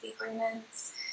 agreements